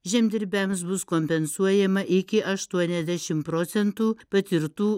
žemdirbiams bus kompensuojama iki aštuoniasdešimt procentų patirtų